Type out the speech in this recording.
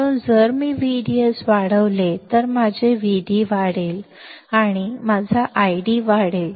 म्हणून जर मी VDS वाढवले तर माझे VD वाढेल आणि अनुरूप माझा ID वाढेल